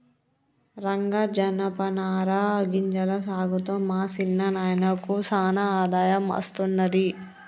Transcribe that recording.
రంగా జనపనార గింజల సాగుతో మా సిన్న నాయినకు సానా ఆదాయం అస్తున్నది